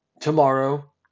tomorrow